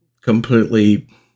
Completely